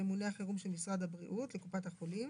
ממונה החירום של משרד הבריאות לקופת החולים.